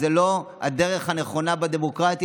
זאת לא הדרך הנכונה בדמוקרטיה,